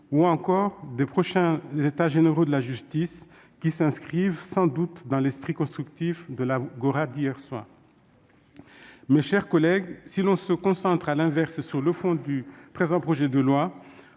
-ou encore des prochains États généraux de la justice, qui s'inscriront sans doute dans l'esprit constructif de l'Agora d'hier soir. Mes chers collègues, si l'on se concentre à l'inverse sur le fond du présent projet de loi,